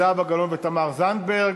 זהבה גלאון ותמר זנדברג.